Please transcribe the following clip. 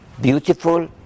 beautiful